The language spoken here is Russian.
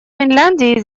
финляндии